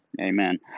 Amen